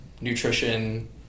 nutrition